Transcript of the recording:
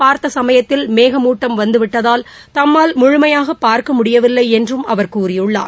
பார்த்தசமயத்தில் மேகமுட்டங வந்துவிட்டதால் தாம்மால் தாம் ஆனால் முழுமையாகபார்க்கமுடியவில்லைஎன்றும் அவர் கூறியுள்ளார்